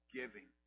giving